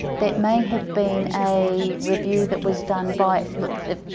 that may have been a review that was done by the,